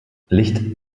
licht